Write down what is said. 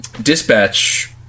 dispatch